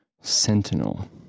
Sentinel